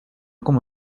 como